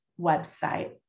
website